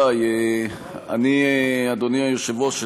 אדוני היושב-ראש,